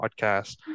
podcast